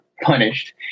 punished